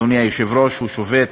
אדוני היושב-ראש, הוא שובת